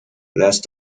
last